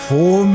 Four